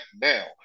now